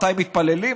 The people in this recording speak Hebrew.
מתי מתפללים,